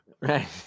Right